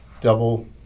double